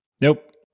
Nope